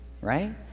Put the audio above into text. right